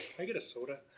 i get a soda?